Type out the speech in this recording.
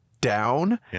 down